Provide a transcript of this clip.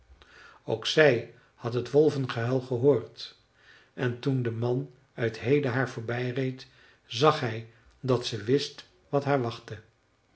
ook zij had het wolvengehuil gehoord en toen de man uit hede haar voorbij reed zag hij dat ze wist wat haar wachtte